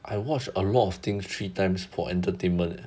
I watch a lot of things three times for entertainment eh